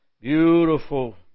beautiful